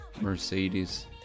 Mercedes